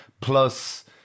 plus